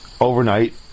overnight